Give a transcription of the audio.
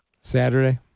Saturday